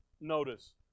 notice